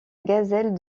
gazelle